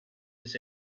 his